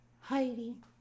Heidi